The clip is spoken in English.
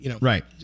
Right